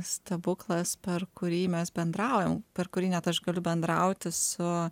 stebuklas per kurį mes bendraujam per kurį net aš galiu bendrauti su